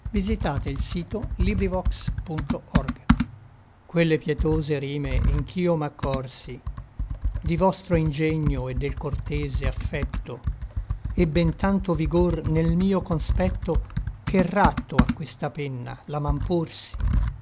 lui quelle pietose rime in ch'io m'accorsi di vostro ingegno et del cortese affecto ebben tanto vigor nel mio conspetto che ratto a questa penna la man porsi